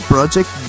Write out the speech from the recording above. Project